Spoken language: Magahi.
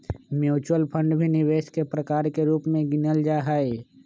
मुच्युअल फंड भी निवेश के प्रकार के रूप में गिनल जाहई